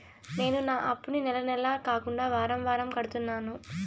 నేను నా అప్పుని నెల నెల కాకుండా వారం వారం కడుతున్నాను